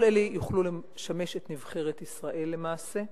כל אלה יוכלו לשמש את נבחרת ישראל למעשה.